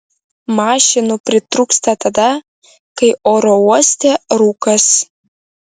mašinų pritrūksta tada kai oro uoste rūkas